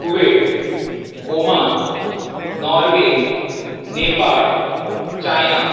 Kuwait Oman Norway Nepal China